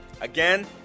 Again